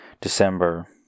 December